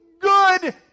good